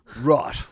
Right